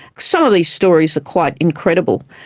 some of these stories are quite incredible.